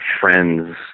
friends